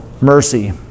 mercy